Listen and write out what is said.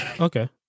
Okay